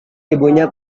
ibunya